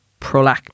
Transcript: prolact